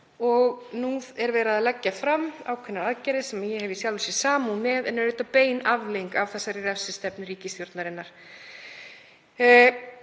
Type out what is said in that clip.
og nú er verið að leggja fram ákveðnar aðgerðir sem ég hef í sjálfu sér samúð með, en þær eru auðvitað bein afleiðing af þessari refsistefnu ríkisstjórnarinnar.